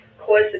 cause